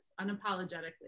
unapologetically